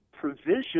provision